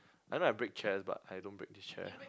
I mean I break chairs but I don't break this chair